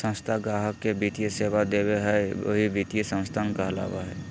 संस्था गाहक़ के वित्तीय सेवा देबो हय वही वित्तीय संस्थान कहलावय हय